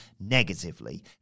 negatively